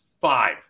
five